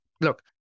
look